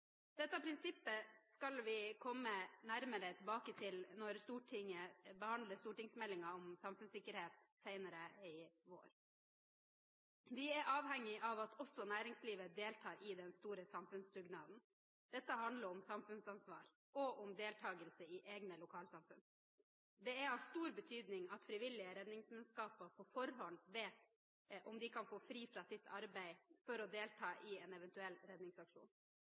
Dette prinsippet skal vi komme nærmere tilbake til når Stortinget behandler stortingsmeldingen om samfunnssikkerhet senere i vår. Vi er avhengig av at også næringslivet deltar i den store samfunnsdugnaden. Dette handler om samfunnsansvar og om deltakelse i egne lokalsamfunn. Det er av stor betydning at frivillige redningsmannskaper på forhånd vet om de kan få fri fra sitt arbeid for å delta i en eventuell redningsaksjon.